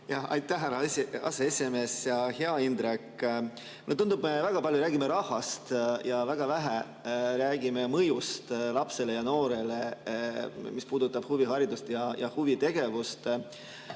Aitäh, härra aseesimees! Hea Indrek! Mulle tundub, et me väga palju räägime rahast ja väga vähe räägime mõjust lapsele ja noorele, mis puudutab huviharidust ja huvitegevust.